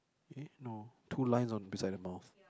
eh no two lines on beside the mouth